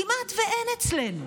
כמעט שאין אצלנו,